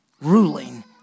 ruling